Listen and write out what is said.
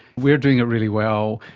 we're doing it really well,